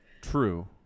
True